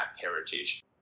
heritage